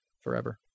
forever